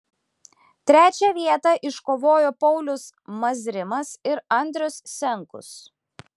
trečią vietą iškovojo paulius mazrimas ir andrius senkus